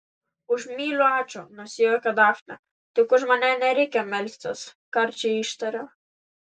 už myliu ačiū nusijuokė dafnė tik už mane nereikia melstis karčiai ištarė